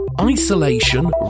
isolation